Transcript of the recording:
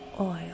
oil